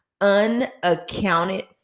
unaccounted